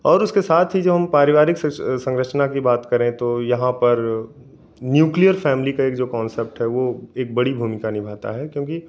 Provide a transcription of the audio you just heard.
और उसके साथ ही जब हम पारिवारिक संरचना की बात करें तो यहाँ पर न्यूक्लियर फ़ैमिली का एक जो कोंसेप्ट है वह एक बड़ी भूमिका निभाता है क्योंकि